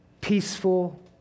peaceful